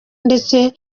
ndetse